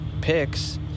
Picks